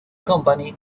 company